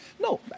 No